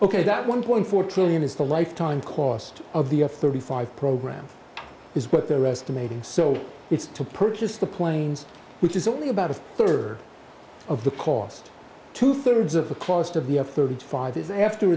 ok that one point four trillion is the lifetime cost of the f thirty five program is what they're estimating so it's to purchase the planes which is only about a third of the cost two thirds of the cost of the f thirty five is after